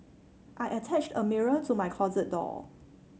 I attached a mirror to my closet door